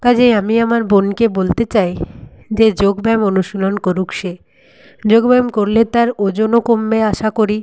কাজেই আমি আমার বোনকে বলতে চাই যে যোগ ব্যায়াম অনুশীলন করুক সে যোগ ব্যায়াম করলে তার ওজনও কমবে আশা করি